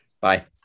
Bye